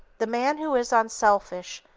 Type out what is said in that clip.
the man who is unselfish,